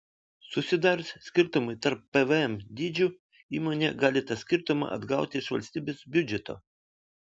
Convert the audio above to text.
susidarius skirtumui tarp pvm dydžių įmonė gali tą skirtumą atgauti iš valstybės biudžeto